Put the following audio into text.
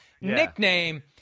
nickname